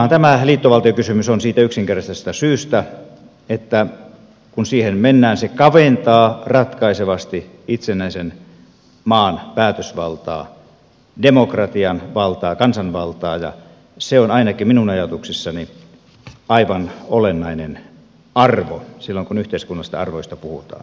ongelmahan tämä liittovaltiokysymys on siitä yksinkertaisesta syystä että kun siihen mennään se kaventaa ratkaisevasti itsenäisen maan päätösvaltaa demokratian valtaa kansanvaltaa ja se on ainakin minun ajatuksissani aivan olennainen arvo silloin kun yhteiskunnallisista arvoista puhutaan